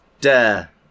Dare